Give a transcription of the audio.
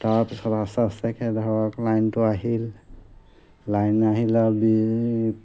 তাৰপিছত আস্তে আস্তেকে ধৰক লাইনটো আহিল লাইন আহিলে বি